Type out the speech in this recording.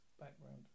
background